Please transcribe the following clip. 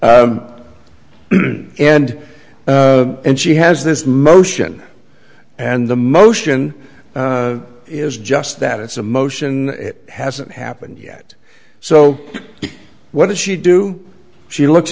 and and she has this motion and the motion is just that it's a motion it hasn't happened yet so what does she do she look